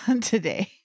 today